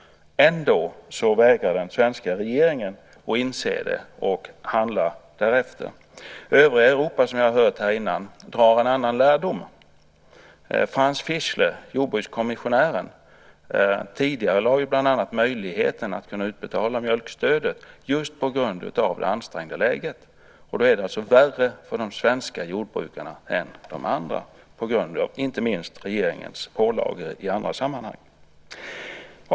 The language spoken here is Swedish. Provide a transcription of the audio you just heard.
Ändå vägrar den svenska regeringen att inse det och att handla därefter. I övriga Europa drar man, som vi hört här, en annan lärdom. Franz Fischler, jordbrukskommissionären, tidigarelade bland annat möjligheten att utbetala mjölkstödet just på grund av det ansträngda läget - och då är det värre för de svenska jordbrukarna än för andra, inte minst på grund av regeringens pålagor i andra sammanhang.